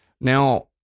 Now